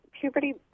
puberty